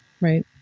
right